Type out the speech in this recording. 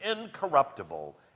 incorruptible